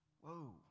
Whoa